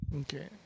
Okay